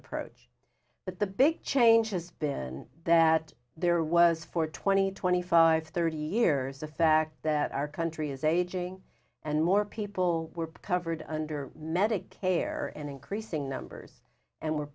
approach but the big change has been that there was for twenty twenty five thirty years the fact that our country is aging and more people were covered under medicare and increasing